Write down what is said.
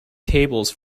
tables